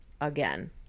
again